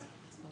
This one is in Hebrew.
תודה.